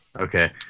Okay